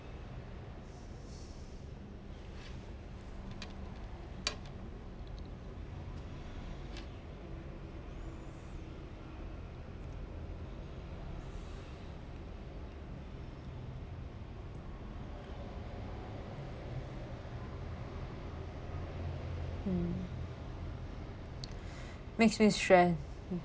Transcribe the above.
mm makes me stress